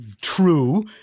true